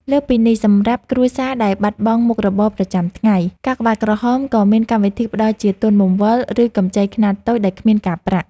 លើសពីនេះ សម្រាប់គ្រួសារដែលបាត់បង់មុខរបរប្រចាំថ្ងៃ កាកបាទក្រហមក៏មានកម្មវិធីផ្ដល់ជាទុនបង្វិល ឬកម្ចីខ្នាតតូចដែលគ្មានការប្រាក់។